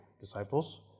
disciples